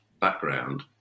background